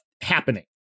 happening